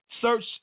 Search